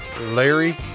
Larry